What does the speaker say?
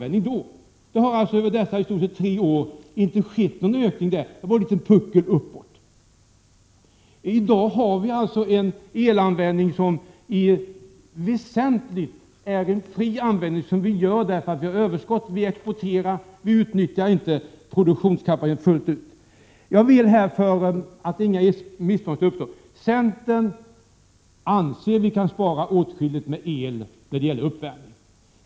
Under dessa närmare tre år har det alltså inte skett någon ökning, det har bara skett en viss höjning av puckeln. Användningen av el är i dag till väsentlig del ej specifik utan har befintliga alternativ. Vi använder den eftersom vi har ett överskott av energi, och vi exporterar och utnyttjar inte produktionskapaciteten fullt ut. För att inga missförstånd skall uppstå vill jag säga att centern anser att man kan spara åtskilligt med el när det gäller uppvärmningen.